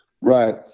right